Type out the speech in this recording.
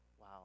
Wow